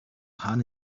upon